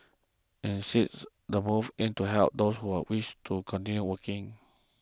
instead the move aims to help those who wish to continue working